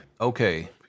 Okay